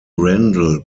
randall